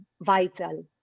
vital